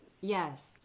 Yes